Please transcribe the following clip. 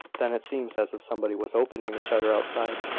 then it seems as if somebody was opening the shutter outside,